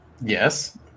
Yes